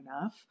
enough